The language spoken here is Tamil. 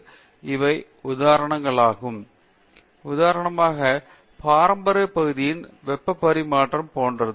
பேராசிரியர் டி ரெங்கநாதன் உதாரணமாக பாரம்பரியப் பகுதியின் வெப்பப் பரிமாற்றம் போன்றது